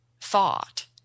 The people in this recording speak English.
thought